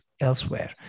elsewhere